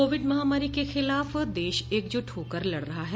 Covid महामारी के खिलाफ देश एकजुट होकर लड़ रहा है